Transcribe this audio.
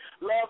love